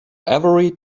every